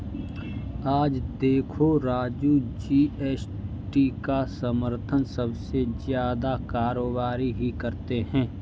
आज देखो राजू जी.एस.टी का समर्थन सबसे ज्यादा कारोबारी ही करते हैं